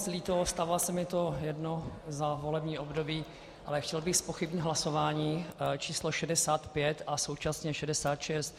Je mi to moc líto, stává se mi to jednou za volební období, ale chtěl bych zpochybnit hlasování číslo 65 a současně 66.